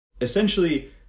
Essentially